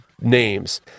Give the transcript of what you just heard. names